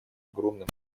огромным